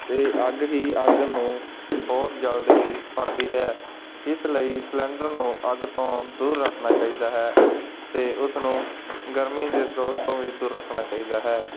ਅਤੇ ਅੱਗ ਹੀ ਅੱਗ ਨੂੰ ਬਹੁਤ ਜਲਦ ਹੀ ਫੜਦੀ ਹੈ ਇਸ ਲਈ ਸਿਲੰਡਰ ਨੂੰ ਅੱਗ ਤੋਂ ਦੂਰ ਰੱਖਣਾ ਚਾਹੀਦਾ ਹੈ ਅਤੇ ਉਸ ਨੂੰ ਗਰਮੀ ਦੇ ਸਰੋਤ ਤੋਂ ਵੀ ਦੂਰ ਰੱਖਣਾ ਚਾਹੀਦਾ ਹੈ